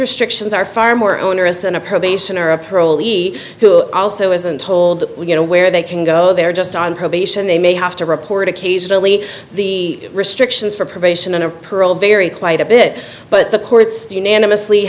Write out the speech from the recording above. restrictions are far more onerous than a probation or a parole eat also isn't told you know where they can go they're just on probation they may have to report occasionally the restrictions for probation and parole vary quite a bit but the courts do unanimously